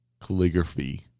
calligraphy